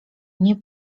nie